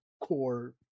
core